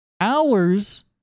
hours